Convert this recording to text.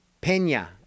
Pena